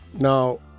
Now